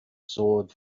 sword